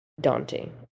daunting